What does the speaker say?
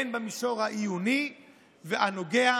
הן במישור העיוני והנוגע